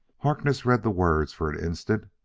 harkness read the words for an instant,